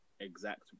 exact